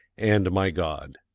and my god.